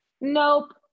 Nope